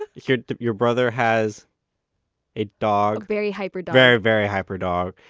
ah your your brother has a dog very hyper dog very, very hyper dog.